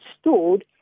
stored